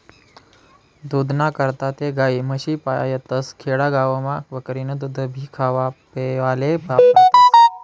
दूधना करता ते गायी, म्हशी पायतस, खेडा गावमा बकरीनं दूधभी खावापेवाले वापरतस